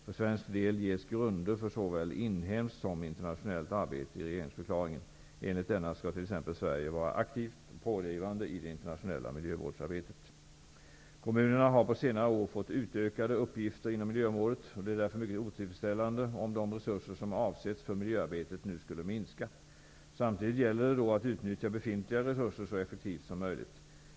För svensk del ges grunder för såväl inhemskt som internationellt arbete i regeringsförklaringen. Enligt denna skall t.ex. Sverige vara aktivt och pådrivande i det internationella miljövårdsarbetet. Kommunerna har på senare år fått utökade uppgifter inom miljöområdet. Det är därför mycket otillfredsställande om de resurser som avsätts för miljöarbetet nu skulle minska. Samtidigt gäller det då att utnyttja befintliga resurser så effektivt som möjligt.